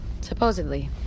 Supposedly